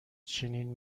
چنین